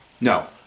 No